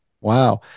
Wow